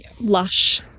lush